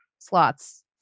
slots